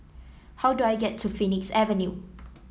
how do I get to Phoenix Avenue